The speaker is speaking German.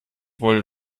wollte